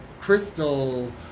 crystal